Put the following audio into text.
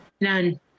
None